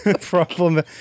Problem